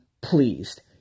pleased